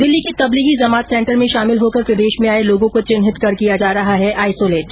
दिल्ली के तबलीगी जमात सेंटर में शामिल होकर प्रदेश में आये लोगों को चिन्हित कर किया जा रहा है आईसोलेट